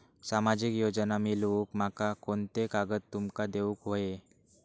सामाजिक योजना मिलवूक माका कोनते कागद तुमका देऊक व्हये?